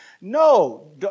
No